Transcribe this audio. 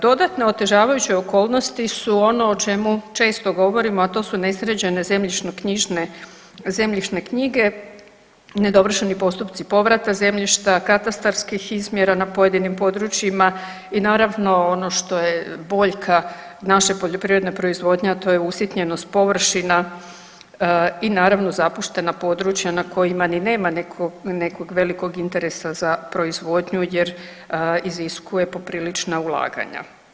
Dodatne otežavajuće okolnosti su ono o čemu često govorimo, a to su nesređene zemljišne knjige, nedovršeni postupci povrata zemljišta, katastarskih izmjera na pojedinim područjima i naravno ono što je boljka naše poljoprivredne proizvodnje, a to je usitnjenost površina i naravno zapuštena područja na kojima ni nema nekog velikog interesa za proizvodnju jer iziskuje poprilična ulaganja.